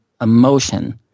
emotion